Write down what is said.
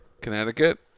Connecticut